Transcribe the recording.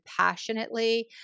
passionately